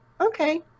okay